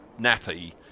nappy